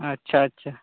ᱟᱪᱪᱷᱟ ᱟᱪᱪᱷᱟ